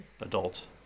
Adult